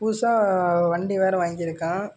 புதுசாக வண்டி வேற வாங்கியிருக்கான்